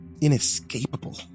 inescapable